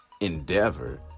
Endeavor